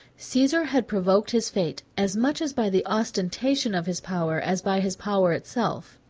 caesar had provoked his fate, as much as by the ostentation of his power, as by his power itself.